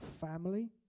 family